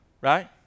right